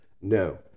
No